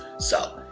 so,